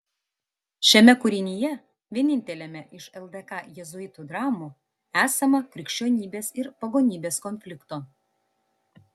šiame kūrinyje vieninteliame iš ldk jėzuitų dramų esama krikščionybės ir pagonybės konflikto